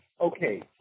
okay